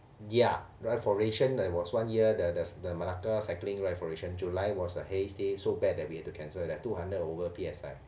ya ride for ration there was one year the the the malacca cycling ride for ration july was a haze day so bad that we have to cancel leh two hundred over P_S_I